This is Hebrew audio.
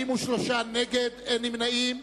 43 נגד, אין נמנעים.